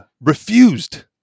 refused